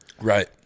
Right